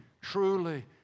truly